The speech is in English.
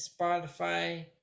Spotify